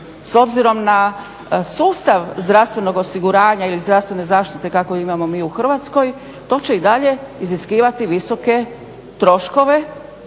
S obzirom na sustav zdravstvenog osiguranja ili zdravstvene zaštite kakvu mi imamo u Hrvatskoj to će i dalje iziskivati visoke troškove